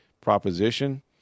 proposition